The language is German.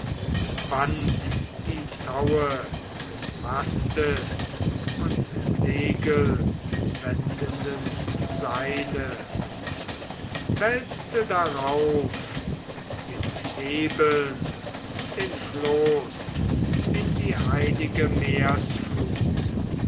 band die taue des mastes und segelwendenden seile wälzte darauf mit hebeln den floß in die heilige